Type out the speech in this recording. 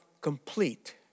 complete